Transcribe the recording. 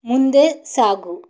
ಮುಂದೆ ಸಾಗು